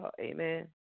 Amen